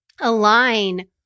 align